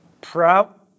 proud